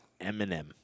Eminem